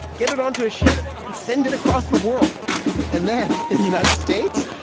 get it onto a ship and send it across the world and then in the united states,